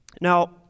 Now